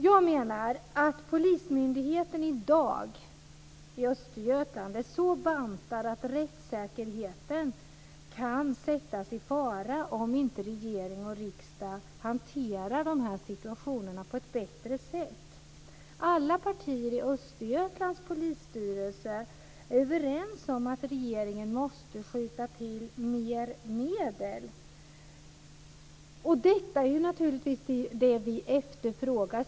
Jag menar att polismyndigheten i dag i Östergötland är så bantad att rättssäkerheten kan sättas i fara om inte regering och riksdag hanterar dessa situationerna på ett bättre sätt. Alla partier i Östergötlands polisstyrelse är överens om att regeringen måste skjuta till mer medel. Detta är naturligtvis det vi efterfrågar.